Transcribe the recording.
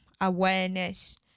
awareness